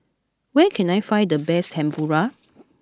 where can I find the best Tempura